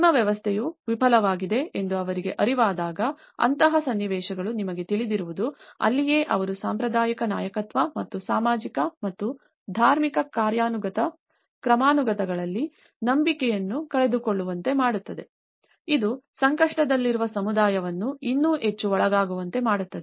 ನಿಮ್ಮ ವ್ಯವಸ್ಥೆಯು ವಿಫಲವಾಗಿದೆ ಎಂದು ಅವರಿಗೆ ಅರಿವಾದಾಗ ಅಂತಹ ಸನ್ನಿವೇಶಗಳು ನಿಮಗೆ ತಿಳಿದಿರುವುದು ಅಲ್ಲಿಯೇ ಅವರು ಸಾಂಪ್ರದಾಯಿಕ ನಾಯಕತ್ವ ಮತ್ತು ಸಾಮಾಜಿಕ ಮತ್ತು ಧಾರ್ಮಿಕ ಕ್ರಮಾನುಗತ ಕ್ರಮಾನುಗತಗಳಲ್ಲಿ ನಂಬಿಕೆಯನ್ನು ಕಳೆದುಕೊಳ್ಳುವಂತೆ ಮಾಡುತ್ತದೆ ಇದು ಸಂಕಷ್ಟದಲ್ಲಿರುವ ಸಮುದಾಯವನ್ನು ಇನ್ನೂ ಹೆಚ್ಚು ಒಳಗಾಗುವಂತೆ ಮಾಡುತ್ತದೆ